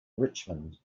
richmond